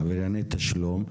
עברייני תשלום.